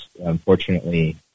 unfortunately